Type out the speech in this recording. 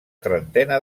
trentena